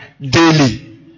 daily